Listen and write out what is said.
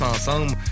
ensemble